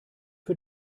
für